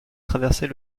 traverser